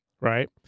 right